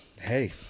hey